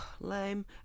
Lame